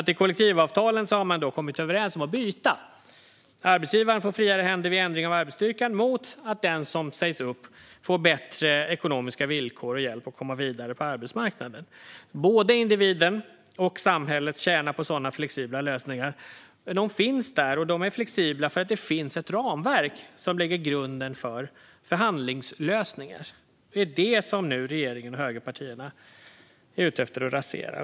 I kollektivavtalen har man kommit överens om att byta, det vill säga att arbetsgivaren får friare händer vid ändring av arbetsstyrkan mot att den som sägs upp får bättre ekonomiska villkor och hjälp att komma vidare på arbetsmarknaden. Både individen och samhället tjänar på sådana flexibla lösningar. De finns där och är flexibla för att det finns ett ramverk som lägger grunden för förhandlingslösningar. Det är det som regeringen och högerpartierna nu är ute efter att rasera.